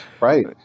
Right